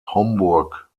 homburg